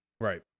Right